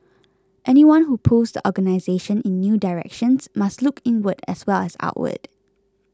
anyone who pulls the organisation in new directions must look inward as well as outward